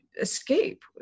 escape